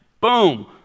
boom